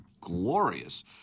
glorious